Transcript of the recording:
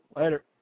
Later